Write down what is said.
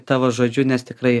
tavo žodžiu nes tikrai